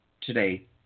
today